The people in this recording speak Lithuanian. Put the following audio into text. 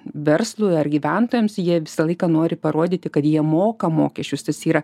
verslui ar gyventojams jie visą laiką nori parodyti kad jie moka mokesčius tas yra